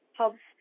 helps